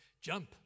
jump